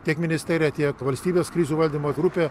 tiek ministerija tiek valstybės krizių valdymo grupė